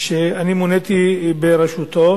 שאני מוניתי לעמוד בראשותו,